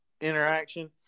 interaction